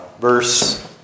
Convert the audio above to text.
Verse